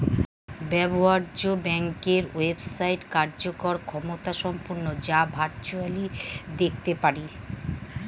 ব্যবহার্য ব্যাংকের ওয়েবসাইট কার্যকর ক্ষমতাসম্পন্ন যা ভার্চুয়ালি দেখতে পারি